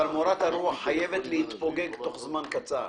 אבל מורת הרוח חייבת להתפוגג בתוך זמן קצר.